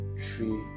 three